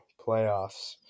playoffs